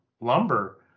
lumber